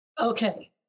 Okay